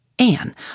Anne